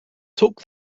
tuck